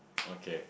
okay